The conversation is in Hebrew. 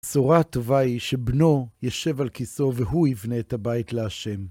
צורה טובה היא שבנו ישב על כיסאו, והוא יבנה את הבית להשם.